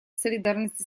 солидарности